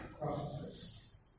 processes